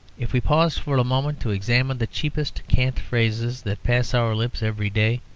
if we paused for a moment to examine the cheapest cant phrases that pass our lips every day,